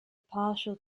partial